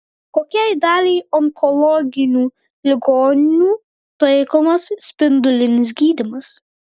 kokiai daliai onkologinių ligonių taikomas spindulinis gydymas